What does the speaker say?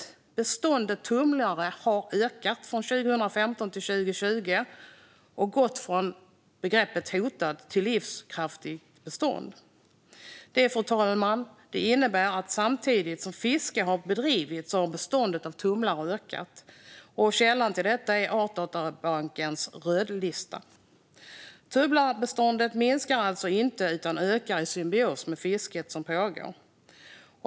Tumlarbeståndet har ju ökat från 2015 till 2020 och gått från hotat till livskraftigt bestånd. Det innebär, fru talman, att beståndet av tumlare har ökat samtidigt som fiske har bedrivits. Källan till detta är Artdatabankens rödlista. Tumlarbeståndet minskar alltså inte utan ökar i symbios med fisket som pågår.